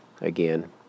again